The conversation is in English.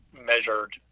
measured